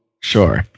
Sure